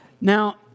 Now